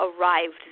arrived